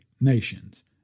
nations